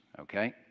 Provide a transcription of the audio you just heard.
Okay